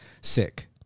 sick